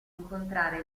incontrare